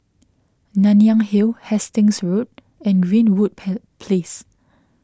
Nanyang Hill Hastings Road and Greenwood pen Place